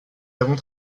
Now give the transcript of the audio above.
avons